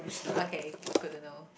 okay good to know